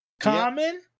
Common